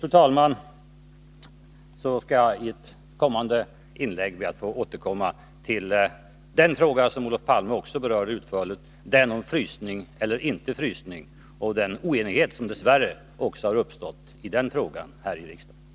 Jag skall be att i ett kommande inlägg få återkomma till den fråga som Olof Palme också berörde utförligt, den om frysning eller inte frysning och den oenighet som dess värre också har uppstått i den frågan här i riksdagen.